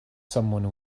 someone